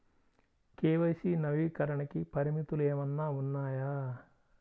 KYC నవీకరణకి పరిమితులు ఏమన్నా ఉన్నాయా?